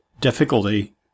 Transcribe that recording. difficulty